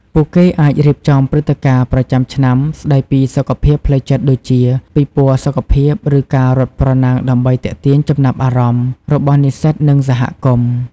ពួកគេអាចរៀបចំព្រឹត្តិការណ៍ប្រចាំឆ្នាំស្តីពីសុខភាពផ្លូវចិត្តដូចជាពិព័រណ៍សុខភាពឬការរត់ប្រណាំងដើម្បីទាក់ទាញចំណាប់អារម្មណ៍របស់និស្សិតនិងសហគមន៍។